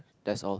that's all